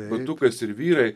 batukais ir vyrai